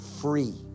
free